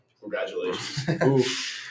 congratulations